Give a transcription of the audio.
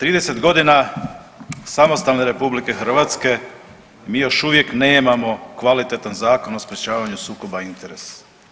30 godina samostalne RH mi još uvijek nemamo kvalitetan Zakon o sprječavanju sukoba interesa.